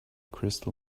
crystal